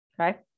Okay